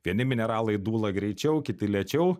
vieni mineralai dūla greičiau kiti lėčiau